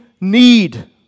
need